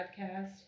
podcast